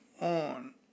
on